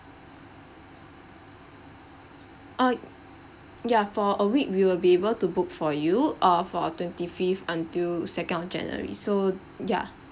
uh ya for a week we will be able to book for you uh for twenty fifth until second of january so ya